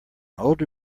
older